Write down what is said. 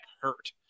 hurt